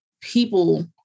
people